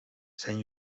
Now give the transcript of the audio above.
zijn